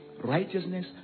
Righteousness